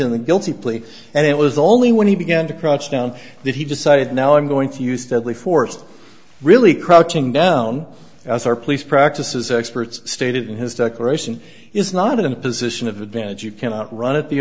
in the guilty plea and it was only when he began to crouch down that he decided now i'm going to use deadly force really crouching down as our police practices experts stated in his declaration is not in a position of advantage you cannot run at the